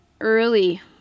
early